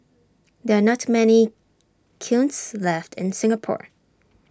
there are not many kilns left in Singapore